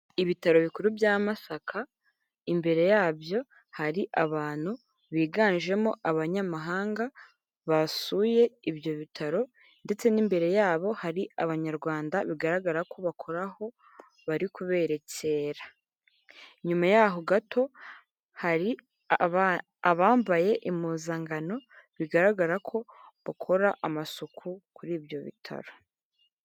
Ibitaro bikuru bya Masaka, imbere yabyo hari abantu biganjemo abanyamahanga basuye ibyo bitaro ndetse n'imbere yabo hari abanyarwanda bigaraga ko bakora aho bari kuberekera. Nyuma yaho gato hari abambaye impuzankano bigaragara ko bakora amasuku kuri ibyo bitaro.